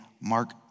mark